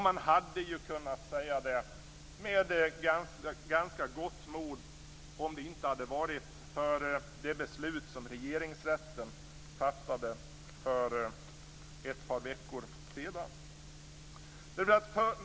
Man hade kunnat säga det med ganska gott mod om det inte hade varit för det beslut som Regeringsrätten för ett par veckor sedan fattade.